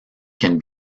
can